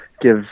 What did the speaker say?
give